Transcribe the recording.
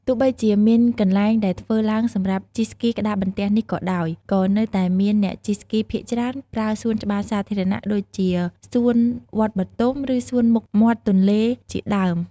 ទោះបីជាមានកន្លែងដែលធ្វើឡើងសម្រាប់ជិះស្គីក្ដារបន្ទះនេះក៏ដោយ ក៏នៅតែមានអ្នកជិះស្គីភាគច្រើនប្រើសួនច្បារសាធារណៈ ដូចជា សួនវត្តបទុម ឬ សួនមុខមាត់ទន្លេជាដើម។